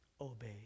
obey